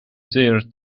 their